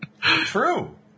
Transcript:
True